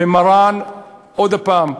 ומרן, עוד פעם,